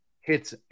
hits